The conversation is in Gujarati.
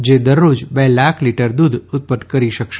જે દરરોજ બે લાખ લીટર દૂધ ઉત્પન્ન કરી શકશે